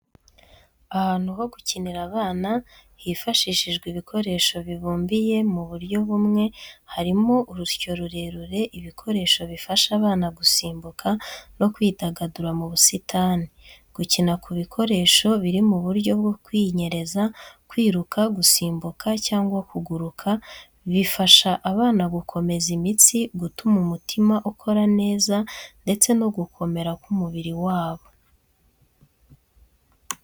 Ahantu ho gukinira abana, hifashishijwe ibikoresho bibumbiye mu buryo bumwe, harimo urusyo rurerure, ibikoresho bifasha abana gusimbuka, no kwidagadura mu busitani. Gukina ku bikoresho biri mu buryo bwo kwinyereza, kwiruka, gusimbuka cyangwa kuguruka, bifasha abana gukomeza imitsi, gutuma umutima ukora neza, ndetse no gukomera k’umubiri wabo.